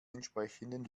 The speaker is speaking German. entsprechenden